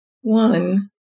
one